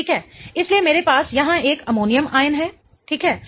ठीक है इसलिए मेरे पास यहां एक अमोनियम आयन है ठीक है